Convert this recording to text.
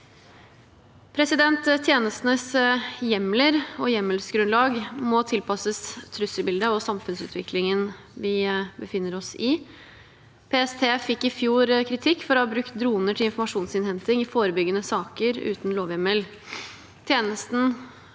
vis. Tjenestenes hjemler og hjemmelsgrunnlag må tilpasses trusselbildet og samfunnsutviklingen vi befinner oss i. PST fikk i fjor kritikk for å ha brukt droner til informasjonsinnhenting i forebyggende saker uten lovhjemmel.